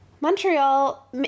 Montreal